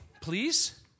please